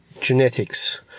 genetics